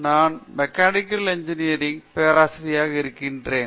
நான் மெக்கானிக்கல் இன்ஜினியரில் ஒரு பேராசிரியராக இருக்கிறேன்